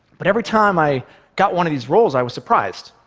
but every time i got one of these roles, i was surprised,